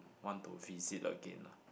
want to visit again